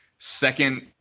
second